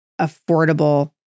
affordable